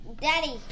Daddy